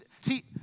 see